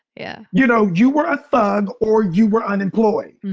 yeah you know, you were a thug or you were unemployed.